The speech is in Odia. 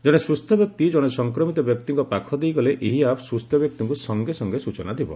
ଜଣେ ସୁସ୍ଥ ବ୍ୟକ୍ତି ଜଣେ ସଂକ୍ରମିତ ବ୍ୟକ୍ତିଙ୍କ ପାଖ ଦେଇ ଗଲେ ଏହି ଆପ୍ ସୁସ୍ଥ ବ୍ୟକ୍ତିଙ୍କୁ ସଙ୍ଗେ ସୂଚନା ଦେବ